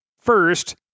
First